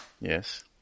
Yes